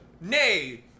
Nay